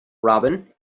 robin